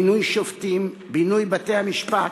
מינוי שופטים, בינוי בתי-המשפט,